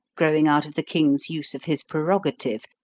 growing out of the king's use of his prerogative,